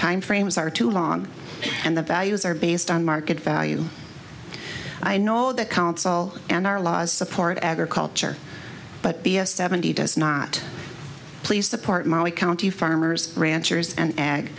timeframes are too long and the values are based on market value i know the council and our laws support agriculture but b s seventy does not please support my county farmers ranchers an